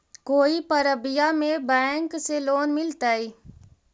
कोई परबिया में बैंक से लोन मिलतय?